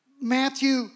Matthew